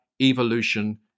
Evolution